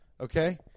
okay